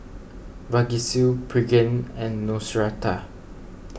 Vagisil Pregain and Neostrata